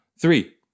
Three